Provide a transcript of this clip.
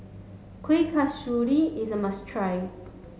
Kuih Kasturi is a must try